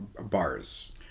bars